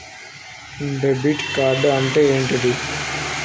Debit card అంటే ఏంటిది?